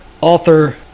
author